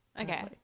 okay